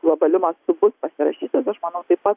globaliu mastu pasirašytas aš manau taip pat